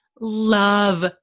love